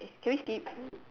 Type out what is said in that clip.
eh can we skip